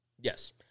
yes